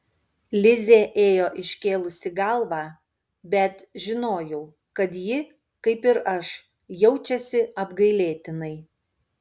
lizė ėjo iškėlusi galvą bet žinojau kad ji kaip ir aš jaučiasi apgailėtinai